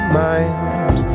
mind